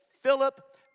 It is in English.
Philip